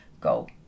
go